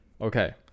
okay